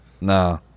Nah